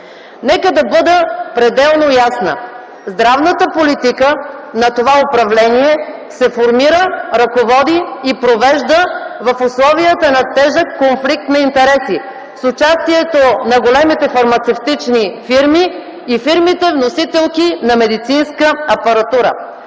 Нека да бъда пределно ясна – здравната политика на това управление се формира, ръководи и провежда в условията на тежък конфликт на интереси с участието на големите фармацевтични фирми и фирмите – вносителки на медицинска апаратура.